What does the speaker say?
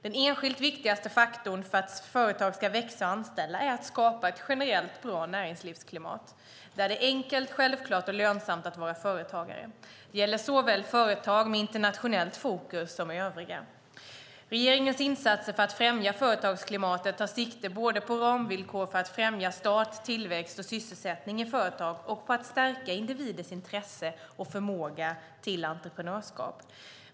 Den enskilt viktigaste faktorn för att företag ska växa och anställa är att skapa ett generellt bra näringslivsklimat där det är enkelt, självklart och lönsamt att vara företagare. Det gäller såväl företag med internationellt fokus som övriga. Regeringens insatser för att främja företagsklimatet tar sikte både på ramvillkor för att främja start, tillväxt och sysselsättning i företag och på att stärka individers intresse och förmåga till entreprenörskap.